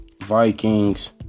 vikings